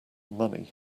money